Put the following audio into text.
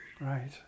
right